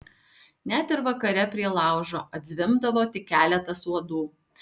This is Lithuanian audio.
net ir vakare prie laužo atzvimbdavo tik keletas uodų